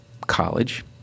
college